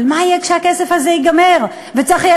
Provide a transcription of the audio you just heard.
אבל מה יהיה כשהכסף הזה ייגמר וצריך יהיה